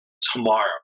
tomorrow